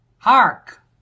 Hark